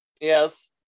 Yes